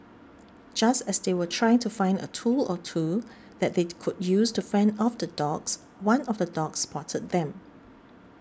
just as they were trying to find a tool or two that they could use to fend off the dogs one of the dogs spotted them